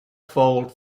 fault